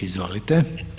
Izvolite.